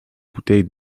bouteille